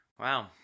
Wow